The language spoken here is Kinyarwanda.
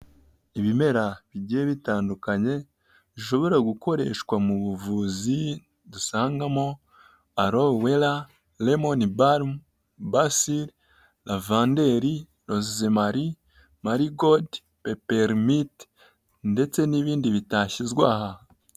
Ibimera bigiye bitandukanye bishobora gukoreshwa mu buvuzi dusangamo arowu wera, remoni barumu, basiri, ravanderi, rozemari, marigodi, peperimite ndetse n'ibindi bitashyizwe aha.